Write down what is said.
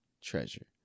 treasure